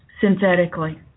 synthetically